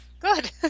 good